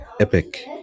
epic